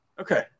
Okay